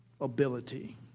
ability